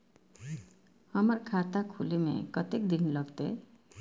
हमर खाता खोले में कतेक दिन लगते?